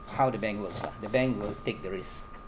how the bank works lah the bank will take the risk